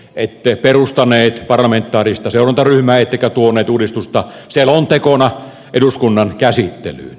ette perustaneet parlamentaarista seurantaryhmää ettekä tuoneet uudistusta selontekona eduskunnan käsittelyyn